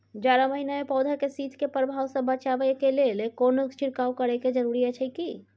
जारा महिना मे पौधा के शीत के प्रभाव सॅ बचाबय के लेल कोनो छिरकाव करय के जरूरी अछि की?